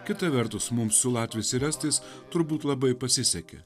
kita vertus mums su latviais ir estais turbūt labai pasisekė